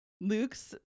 luke's